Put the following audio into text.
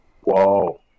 Whoa